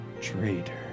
traitor